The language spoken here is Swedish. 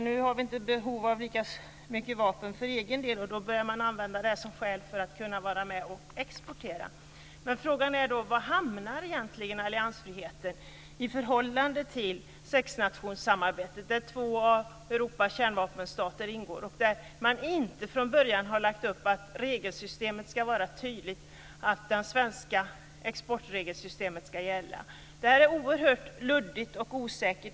Nu har vi inte behov av lika mycket vapen för egen del, och då börjar man använda detta som skäl för att kunna vara med och exportera. Men frågan är då var alliansfriheten hamnar i förhållande till sexnationssamarbetet, där två av Europas kärnvapenstater ingår och där man inte från början har lagt upp att regelsystemet ska vara tydligt och att det svenska exportregelsystemet ska gälla. Detta är oerhört luddigt och osäkert.